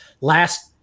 last